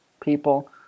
People